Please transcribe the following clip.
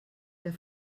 der